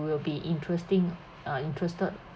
will be interesting of uh interested